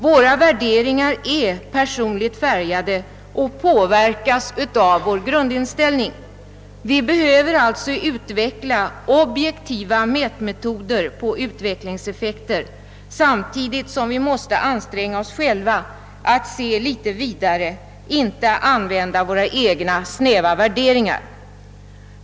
Våra värderingar är personligt färgade och påverkas av vår grundinställning. Vi behöver alltså utarbeta objektiva metoder att mäta utvecklingseffekter samtidigt som vi måste anstränga oss att själva se litet vidare och inte begränsa oss till våra egna snäva värderingar.